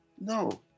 No